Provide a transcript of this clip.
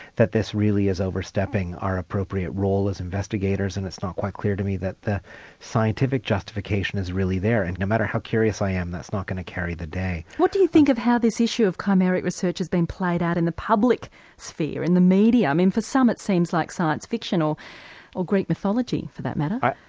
that this really is overstepping our appropriate role as investigators and it's not quite clear to me that the scientific justification is really there, and no matter how curious i am, that's not going to carry the day. what do you think of how this issue of chimeric research has been played out in the public sphere, in the media? for some it seems like science fiction, or or greek mythology for that matter.